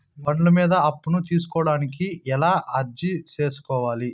బండ్ల మీద అప్పును తీసుకోడానికి ఎలా అర్జీ సేసుకోవాలి?